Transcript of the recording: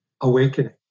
awakening